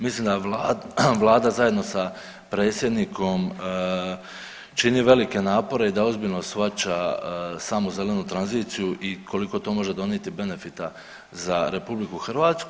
Mislim da Vlada zajedno sa predsjednikom čini velike napore i da ozbiljno shvaća samu zelenu tranziciju i koliko to može donijeti benefita za Republiku Hrvatsku.